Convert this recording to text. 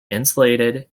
insulated